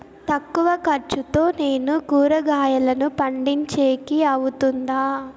తక్కువ ఖర్చుతో నేను కూరగాయలను పండించేకి అవుతుందా?